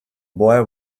boy